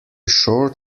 short